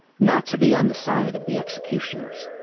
not to be on the side of the executioners.